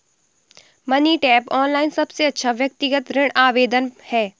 money tap, online सबसे अच्छा व्यक्तिगत ऋण आवेदन है